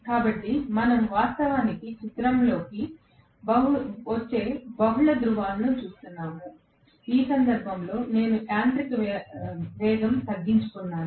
కాబట్టి మనం వాస్తవానికి చిత్రంలోకి వచ్చే బహుళ ధ్రువాలను చూస్తున్నాము ఈ సందర్భంలో నేను యాంత్రిక వేగం తగ్గించుకున్నాను